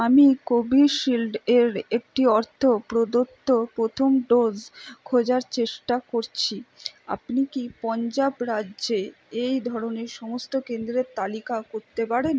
আমি কোভিশিল্ডের একটি অর্থ প্রদত্ত প্রথম ডোজ খোঁজার চেষ্টা করছি আপনি কি পাঞ্জাব রাজ্যে এই ধরনের সমস্ত কেন্দ্রের তালিকা করতে পারেন